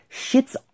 shits